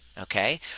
Okay